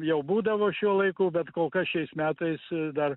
jau būdavo šiuo laiku bet kol kas šiais metais dar